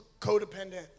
codependent